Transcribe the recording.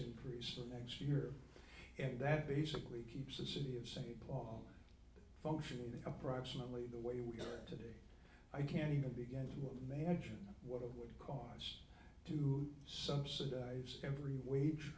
increase next year and that basically keeps the city of st paul functioning approximately the way we are today i can't even begin to imagine what it would cost to subsidize every